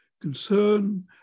concern